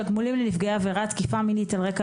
תגמולים לנפגעי עבירת תקיפה מינית על רקע